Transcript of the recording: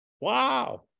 Wow